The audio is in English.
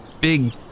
big